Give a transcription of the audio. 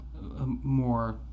more